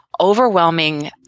overwhelming